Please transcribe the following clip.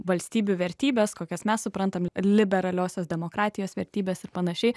valstybių vertybes kokias mes suprantam liberaliosios demokratijos vertybes ir panašiai